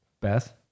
Beth